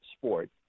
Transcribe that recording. sport